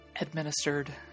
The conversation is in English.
administered